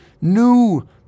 new